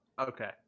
Okay